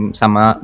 sama